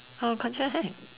our contract hi